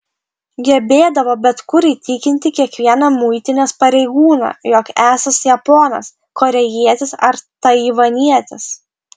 gebėdavo bet kur įtikinti kiekvieną muitinės pareigūną jog esąs japonas korėjietis ar taivanietis